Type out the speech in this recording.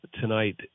tonight